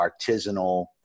artisanal